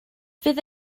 fydd